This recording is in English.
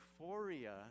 euphoria